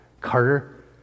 Carter